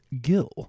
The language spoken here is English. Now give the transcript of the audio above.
gill